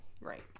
right